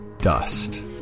Dust